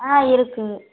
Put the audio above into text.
ஆ இருக்குது